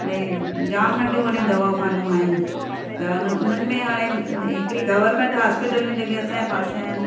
भाई जाम नंढियूं वॾियूं दवा खानू आहिनि हाणे उन्हनि में हाणे हिकिड़ी गवर्नमेंट हॉस्पिटलूं जेकी असांजे पासे आहिनि